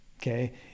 Okay